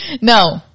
No